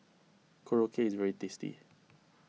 Korokke is very tasty